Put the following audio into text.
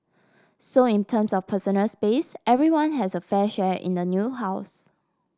so in terms of personal space everyone has a fair share in the new house